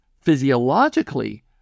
physiologically